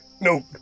no